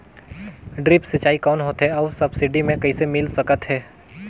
Drip सिंचाई कौन होथे अउ सब्सिडी मे कइसे मिल सकत हे?